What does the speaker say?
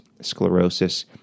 sclerosis